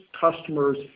customers